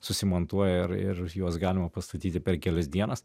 susimontuoja ir ir juos galima pastatyti per kelias dienas